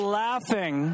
laughing